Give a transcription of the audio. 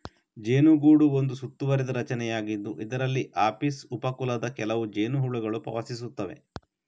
ಜೇನುಗೂಡು ಒಂದು ಸುತ್ತುವರಿದ ರಚನೆಯಾಗಿದ್ದು, ಇದರಲ್ಲಿ ಅಪಿಸ್ ಉಪ ಕುಲದ ಕೆಲವು ಜೇನುಹುಳುಗಳು ವಾಸಿಸುತ್ತವೆ